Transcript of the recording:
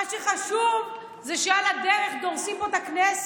מה שחשוב זה שעל הדרך דורסים פה את הכנסת.